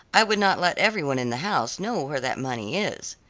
i would not let every one in the house know where that money is.